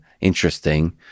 interesting